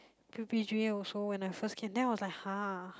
p_p_g_a also when I first came then I was like [huh]